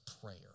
prayer